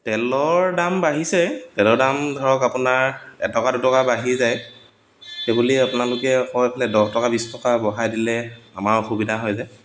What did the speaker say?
তেলৰ দাম বাঢ়িছে তেলৰ দাম ধৰক আপোনাৰ এটকা দুটকা বাঢ়ি যায় সেইবুলি আপোনালোকে আকৌ এইফালে দহ টকা বিছ টকা বঢ়াই দিলে আমাৰ অসুবিধা হয় যে